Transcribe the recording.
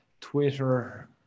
Twitter